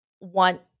want